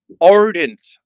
ardent